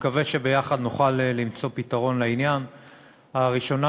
גם פרופסור איתן ששינסקי,